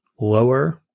lower